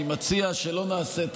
אני מציע שלא נעשה את הסטטיסטיקה.